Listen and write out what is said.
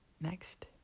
next